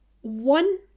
One